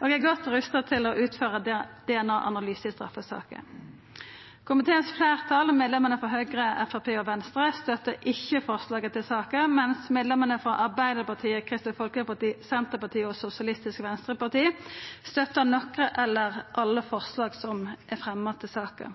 og er godt rusta til å utføra DNA-analysar i straffesaker. Komiteens fleirtal, medlemene frå Høgre, Framstegspartiet og Venstre, stør ikkje forslaga til saka, mens medlemene frå Arbeidarpartiet, Kristeleg Folkeparti, Senterpartiet og Sosialistisk Venstreparti stør nokre eller alle forslag som er fremja til saka.